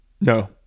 No